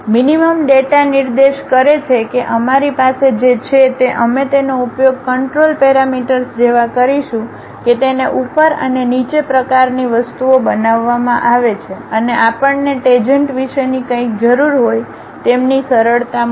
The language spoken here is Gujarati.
મીનીમમ ડેટા નિર્દેશ કરે છે કે અમારી પાસે જે છે તે અમે તેનો ઉપયોગ કંટ્રોલ પેરામીટર્સ જેવા કરીશું કે તેને ઉપર અને નીચે પ્રકારની વસ્તુઓ બનાવવામાં આવે અને આપણને ટેજેન્ટ વિશેની કંઈક જરૂર હોય તેમની સરળતા મુજબ